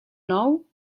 nou